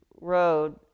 road